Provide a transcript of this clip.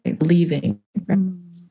Leaving